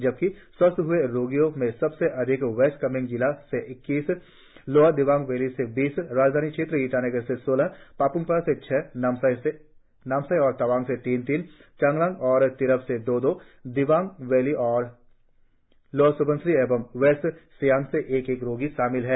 जबकि स्वस्थ हए रोगियों में सबसे अधिक वेस्ट कामेंग से इक्कीस लोअर दिबांग वैली से बीस राजधानी ईटानगर क्षेत्र से सोलह पाप्मपारे से छह नामसाई और तवांग से तीन तीन चांगलांग और तिराप से दो दो दिबांग वैली लोअर स्बनसिरी और वेस्ट सियांग से एक एक रोगी शामिल है